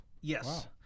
Yes